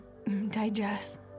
digest